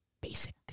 basic